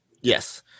Yes